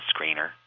screener